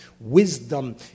Wisdom